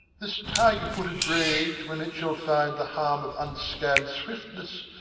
this tiger-footed rage, when it shall find the harm of unscann'd swiftness,